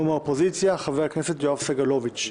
ומהאופוזיציה חבר הכנסת יואב סגלוביץ',